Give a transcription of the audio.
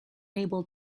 unable